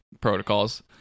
Protocols